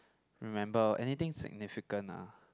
remember anything significant lah